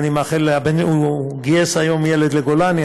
הוא גייס היום ילד לגולני,